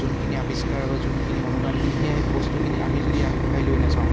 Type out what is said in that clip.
যোনখিনি আৱিষ্কাৰ বা যোনখিনি অনুদানখিনি সেই বস্তুখিনি আমি যদি আগবঢ়াই লৈ নাযাওঁ